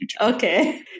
Okay